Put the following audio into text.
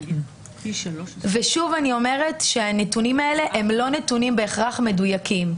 אני שוב אומרת שהנתונים האלה לא בהכרח מדויקים.